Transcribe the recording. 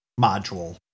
module